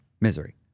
misery